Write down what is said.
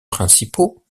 principaux